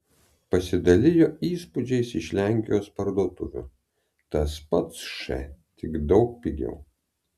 pasidalijo įspūdžiais iš lenkijos parduotuvių tas pats š tik daug pigiau